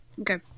Okay